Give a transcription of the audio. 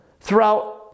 throughout